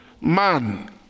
Man